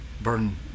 burn